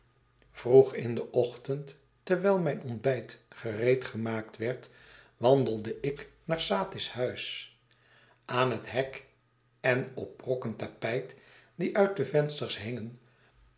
vroeg in den ochtend terwijl mijn ontbijtgereedgemaakt werd wandelde ik naar satis huis aan het hek en op brokken tapijt die uit de vensters hingen